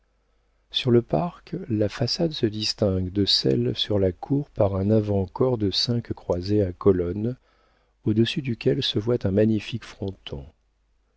sur le parc la façade se distingue de celle sur la cour par un avant corps de cinq croisées à colonnes au-dessus duquel se voit un magnifique fronton